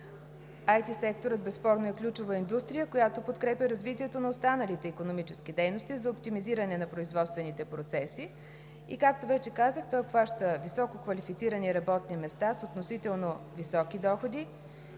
IT секторът безспорно е ключова индустрия, която подкрепя развитието на останалите икономически дейности за оптимизиране на производствените процеси и, както вече казах, той обхваща висококвалифицирани работни места с относително високи доходи